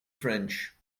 french